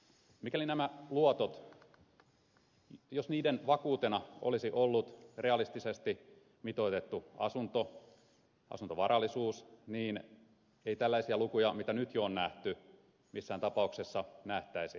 mikäli näiden luottojen vakuutena olisi ollut realistisesti mitoitettu asunto asuntovarallisuus niin ei tällaisia lukuja joita nyt jo on nähty missään tapauksessa nähtäisi